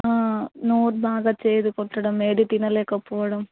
నోరు బాగా చేదు పట్టడం ఏదీ తినలేక పోవడం